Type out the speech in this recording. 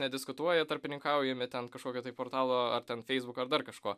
nediskutuoja tarpininkaujami ten kažkokio tai portalo ar ten feisbuk ar dar kažko